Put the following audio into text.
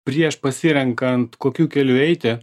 prieš pasirenkant kokiu keliu eiti